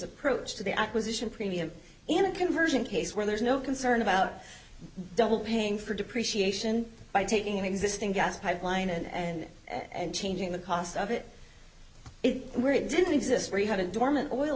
approach to the acquisition premium in a conversion case where there's no concern about double paying for depreciation by taking an existing gas pipeline and and changing the cost of it where it didn't exist where you had a dormant oil